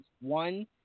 One